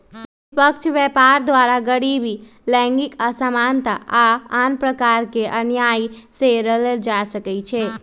निष्पक्ष व्यापार द्वारा गरीबी, लैंगिक असमानता आऽ आन प्रकार के अनिआइ से लड़ल जा सकइ छै